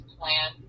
plan